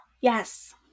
yes